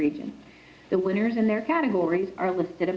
region the winners in their categories are listed